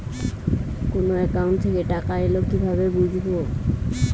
কোন একাউন্ট থেকে টাকা এল কিভাবে বুঝব?